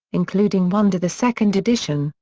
including one to the second edition.